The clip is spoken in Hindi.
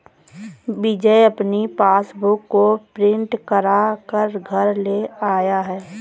विजय अपनी पासबुक को प्रिंट करा कर घर लेकर आया है